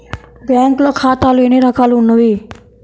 బ్యాంక్లో ఖాతాలు ఎన్ని రకాలు ఉన్నావి?